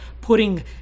putting –